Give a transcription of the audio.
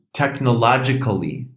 technologically